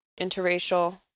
interracial